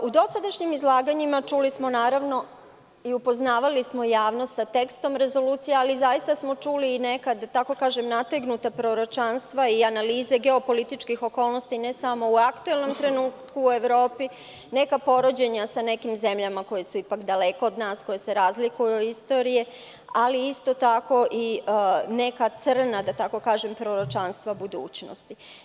U dosadašnjim izlaganjima čuli smo naravno i upoznavali smo javnost sa tekstom rezolucija, ali zaista smo čuli i neka, da tako kažem, nategnuta proročanstva i analize geopolitičkih okolnosti ne samo u aktuelnom trenutku u Evropi, neka poređenja sa nekim zemljama koje su ipak daleko od nas, kojima se razlikuju istorije, ali isto tako i neka crna, da tako kažem, proročanstva budućnosti.